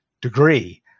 degree